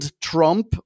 Trump